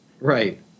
Right